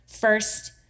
first